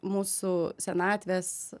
mūsų senatvės